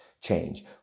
change